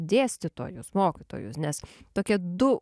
dėstytojus mokytojus nes tokie du